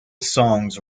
songs